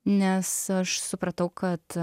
nes aš supratau kad